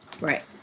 Right